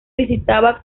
visitaba